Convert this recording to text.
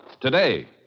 today